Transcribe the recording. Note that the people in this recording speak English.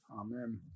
Amen